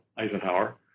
Eisenhower